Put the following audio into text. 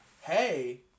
hey